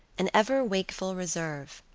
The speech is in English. an ever wakeful reserve.